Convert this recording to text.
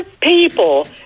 people